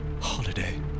Holiday